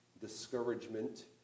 discouragement